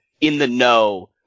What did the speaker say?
in-the-know